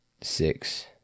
six